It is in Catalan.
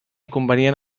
convenient